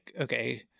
okay